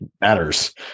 matters